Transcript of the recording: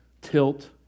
tilt